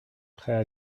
prêt